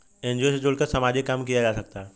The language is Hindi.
एन.जी.ओ से जुड़कर सामाजिक काम किया जा सकता है